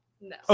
No